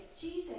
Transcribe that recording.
Jesus